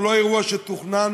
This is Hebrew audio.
הוא לא אירוע שתוכנן,